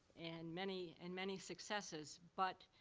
and many and many successes. but,